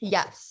Yes